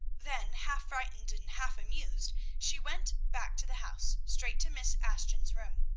then, half frightened and half amused, she went back to the house, straight to miss ashton's room.